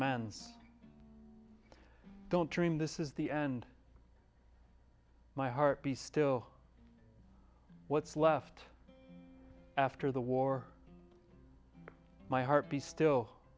man don't dream this is the end my heart be still what's left after the war my heart be still